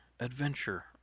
Adventure